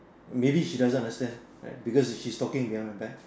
maybe she doesn't understand right because she she's talking behind my back